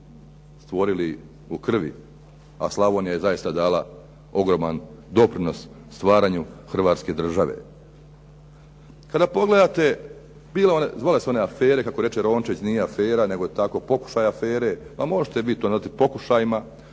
stvorili u krvi a Slavonija je zaista dala ogroman doprinos stvaranju Hrvatske države. Kada pogledate, bilo one, zvale se one afere, kako reče Rončević, nije afera nego tako pokušaj afere, ma možete biti na tim pokušajima,